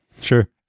sure